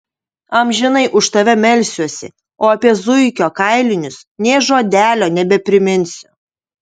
amžinai už tave melsiuosi o apie zuikio kailinius nė žodelio nebepriminsiu